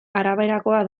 araberakoa